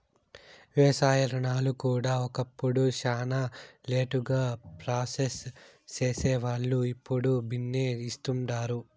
వ్యవసాయ రుణాలు కూడా ఒకప్పుడు శానా లేటుగా ప్రాసెస్ సేసేవాల్లు, ఇప్పుడు బిన్నే ఇస్తుండారు